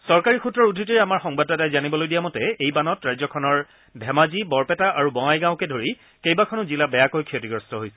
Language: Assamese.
চৰকাৰী সূত্ৰৰ উদ্ধতিৰে আমাৰ সংবাদদাতাই জানিবলৈ দিয়া মতে এই বানত ৰাজ্যখনৰ ধেমাজি বৰপেটা আৰু বঙাইগাঁওকে ধৰি কেইবাখনো জিলা বেয়াকৈ ক্ষতিগ্ৰস্ত হৈছে